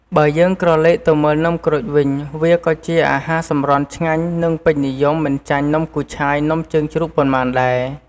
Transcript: បើយើងក្រឡេកទៅមើលនំក្រូចវិញវាក៏ជាអាហារសម្រន់ឆ្ងាញ់និងពេញនិយមមិនចាញ់ នំគូឆាយ នំជើងជ្រូក ប៉ុន្មានដែរ។